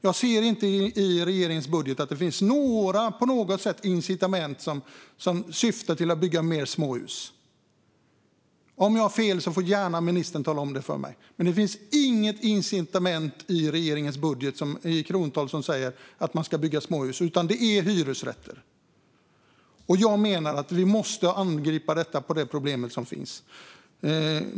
Jag ser inte i regeringens budget att det finns något incitament som syftar till att bygga fler småhus. Om jag har fel får ministern gärna tala om det för mig, men det finns inget incitament i krontal i regeringens budget som säger att man ska bygga småhus, utan det är hyresrätter. Jag menar att vi måste angripa de problem som finns.